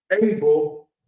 able